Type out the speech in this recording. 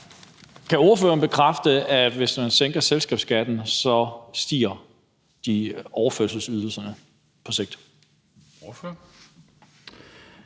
Kan ordføreren bekræfte, at hvis man sænker selskabsskatten, stiger overførselsydelserne på sigt?